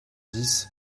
dix